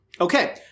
Okay